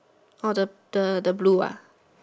the the blue